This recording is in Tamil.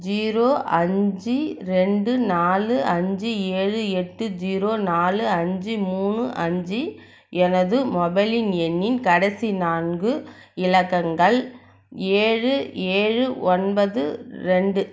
ஜீரோ அஞ்சு ரெண்டு நாலு அஞ்சு ஏழு எட்டு ஜீரோ நாலு அஞ்சு மூணு அஞ்சு எனது மொபைலின் எண்ணின் கடைசி நான்கு இலக்கங்கள் ஏழு ஏழு ஒன்பது ரெண்டு